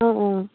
অঁ অঁ